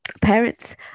parents